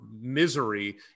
misery